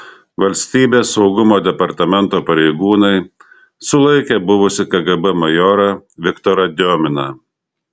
valstybės saugumo departamento pareigūnai sulaikė buvusį kgb majorą viktorą diominą